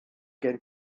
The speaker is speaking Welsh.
gen